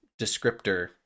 descriptor